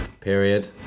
period